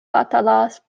batalas